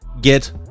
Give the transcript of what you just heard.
get